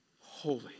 holy